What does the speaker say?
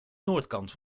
noordkant